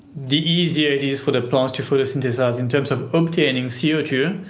the easier it is for the plant to photosynthesise in terms of obtaining c o two,